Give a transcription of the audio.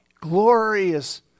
Glorious